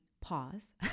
pause